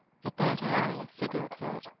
but that eye, sigurd thought,